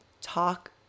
talk